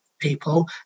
people